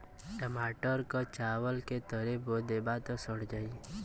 टमाटर क चावल के तरे बो देबा त सड़ जाई